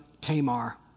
Tamar